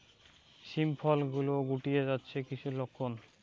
শিম ফল গুলো গুটিয়ে যাচ্ছে কিসের লক্ষন?